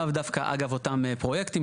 לאו דווקא, אגב, אותם פרויקטים.